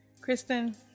Kristen